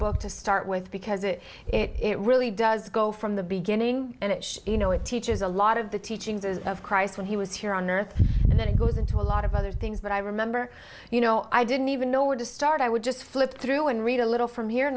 book to start with because it it really does go from the beginning and you know it teaches a lot of the teachings of christ when he was here on earth and then it goes into a lot of other things that i remember you know i didn't even know where to start i would just flip through and read a little from here in